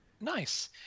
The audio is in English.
Nice